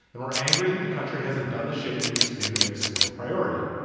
and we're angry that the country hasn't done the shit it needs to do to make school a priority.